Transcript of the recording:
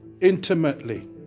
intimately